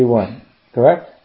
Correct